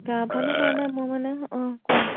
গা ভালো হোৱা নাই মোৰ মানে অঁ কোৱা